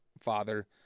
father